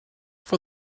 for